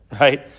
right